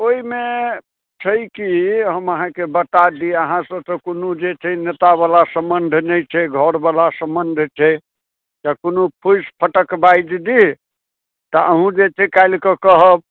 ओहिमे छै कि हम अहाँकेँ बता दी अहाँसँ तऽ कोनो जे छै नेतावला सम्बन्ध नहि छै घरवला सम्बन्ध छै जे कोनो फुसि फटक बाजि दी तऽ अहूँ जे छै काल्हिके कहब